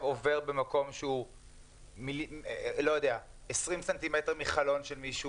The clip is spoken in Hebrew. עובר במקום שהוא 20 ס"מ מחלון של מישהו?